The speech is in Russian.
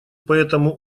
поэтому